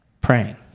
praying